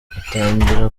atangira